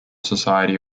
society